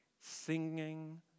singing